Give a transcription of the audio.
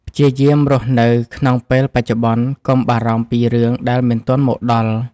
ព្យាយាមរស់នៅក្នុងពេលបច្ចុប្បន្ន កុំបារម្ភពីរឿងដែលមិនទាន់មកដល់។